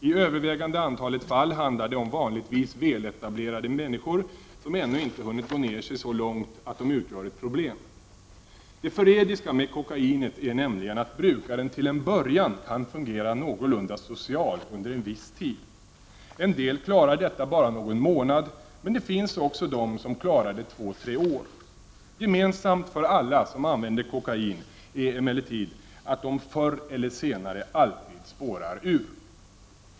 I övervägande antalet fall handlar det om vanligtvis väletablerade personer, som ännu inte hunnit gå ned sig så långt att de utgör ett problem. Det förrädiska med kokainet är nämligen att brukaren till en början kan fungera någorlunda socialt under en viss tid. En del klarar detta bara någon månad, men det finns också de som klarar det två tre år. Gemensamt för alla som använder kokain är emellertid att de förr eller senare alltid spårar ur.